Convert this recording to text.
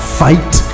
fight